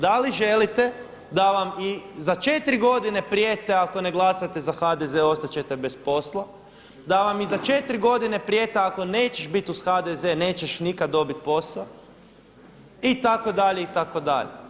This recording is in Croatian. Da li želite da vam i za četiri godine prijete ako ne glasate za HDZ ostat ćete bez posla, da vam i za četiri godine prijete ako nećeš bit uz HDZ nećeš nikad dobit posao itd. itd.